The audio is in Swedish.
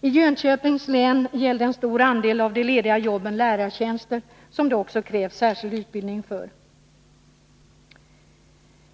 I Jönköpings län gällde en stor andel av de lediga jobben lärartjänster, som det också krävs särskild utbildning för.